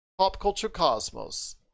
PopCultureCosmos